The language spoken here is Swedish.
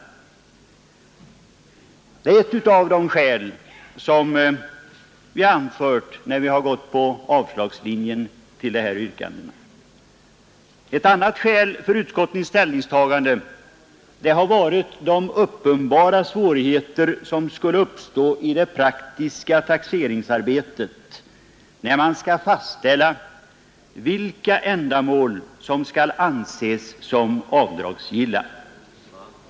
Detta är ett av de skäl som vi anfört, när vi har gått på avslagslinjen beträffande motionens yrkande. Ett annat skäl för utskottets ställningstagande har varit de uppenbara svårigheter som skulle uppstå när man i det praktiska taxeringsarbetet skall fastställa vilka ändamål som skall anses som avdragsgilla.